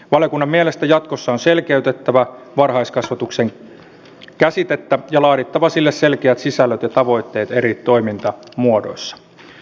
valiokunnan mielestä jatkossa on selkeytettävä varhaiskasvatuksen käsitettä ja laadittava sille selkeät sisällöt ja tavoitteet eri toimintamuodoissa